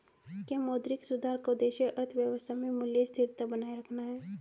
क्या मौद्रिक सुधार का उद्देश्य अर्थव्यवस्था में मूल्य स्थिरता बनाए रखना है?